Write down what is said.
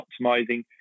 optimizing